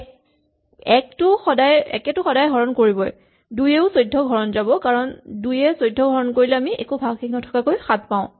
১ এটো সদায় হৰণ কৰিবই ২ এয়ো ১৪ ক হৰণ যাব কাৰণ ২ য়ে ১৪ ক হৰণ কৰিলে একো ভাগশেষ নথকাকৈ ৭ পাওঁ